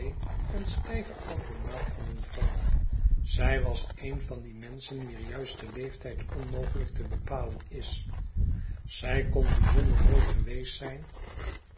een stijveautomaat van een vrouw zij was een van die menschen wier juiste leeftijd onmogelijk te bepalen is zij kon bijzonder mooi geweest zijn